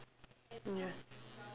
mm